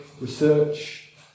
research